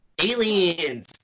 Aliens